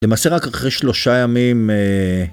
למעשה רק אחרי שלושה ימים.